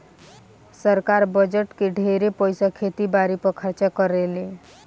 सरकार बजट के ढेरे पईसा खेती बारी पर खर्चा करेले